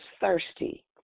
thirsty